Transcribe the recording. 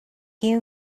you